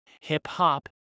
hip-hop